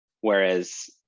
Whereas